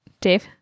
dave